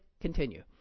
continue